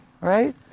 Right